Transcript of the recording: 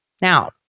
Now